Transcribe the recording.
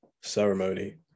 ceremony